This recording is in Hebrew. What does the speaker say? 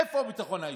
איפה הביטחון האישי?